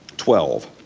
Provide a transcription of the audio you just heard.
twelve.